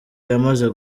yamaze